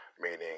meaning